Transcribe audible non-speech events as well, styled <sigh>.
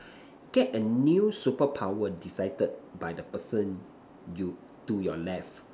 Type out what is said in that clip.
<noise> get a new superpower decided by the person to your left